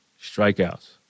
strikeouts